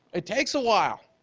it takes a while.